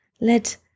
let